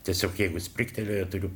tiesiog jeigu sprigtelėjo turiu